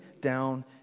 down